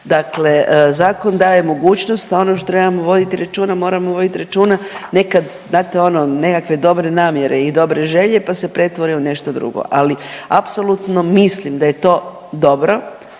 Dakle, zakon daje mogućnost a ono što trebamo voditi računa, moramo voditi računa nekad znate ono nekakve dobre namjere i dobre želje pa se pretvore u nešto drugo, ali apsolutno mislim da je to dobro,